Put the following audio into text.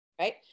right